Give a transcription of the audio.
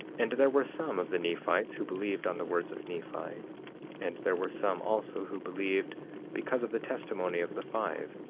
and there were some of the nephites who believed on the words of nephi and there were some also, who believed because of the testimony of the five,